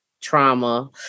trauma